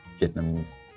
Vietnamese